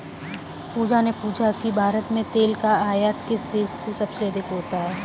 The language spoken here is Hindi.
पूजा ने पूछा कि भारत में तेल का आयात किस देश से सबसे अधिक होता है?